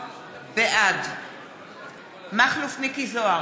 בעד מכלוף מיקי זוהר,